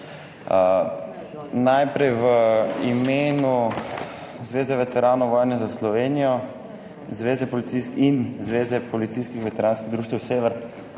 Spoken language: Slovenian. Najprej v imenu Zveze veteranov vojne za Slovenijo in Zveze policijskih veteranskih društev Sever,